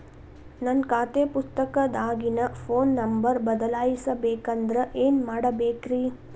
ನನ್ನ ಖಾತೆ ಪುಸ್ತಕದಾಗಿನ ಫೋನ್ ನಂಬರ್ ಬದಲಾಯಿಸ ಬೇಕಂದ್ರ ಏನ್ ಮಾಡ ಬೇಕ್ರಿ?